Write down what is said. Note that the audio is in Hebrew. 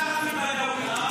מה זה בערבית בדווי?